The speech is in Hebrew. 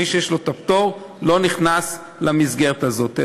מי שיש לו פטור לא נכנס למסגרת הזאת,